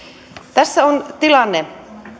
tässä on tilanne